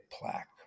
plaque